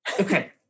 okay